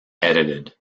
edited